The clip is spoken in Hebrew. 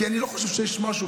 כי אני לא חושב שיש משהו,